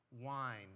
wine